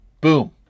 Boom